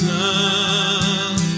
love